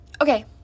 okay